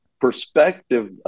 perspective